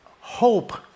hope